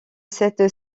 cette